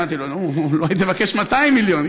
אמרתי לו: אולי תבקש 200 מיליון,